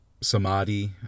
samadhi